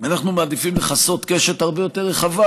אנחנו מעדיפים לכסות קשת הרבה יותר רחבה,